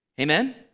Amen